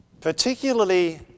Particularly